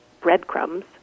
breadcrumbs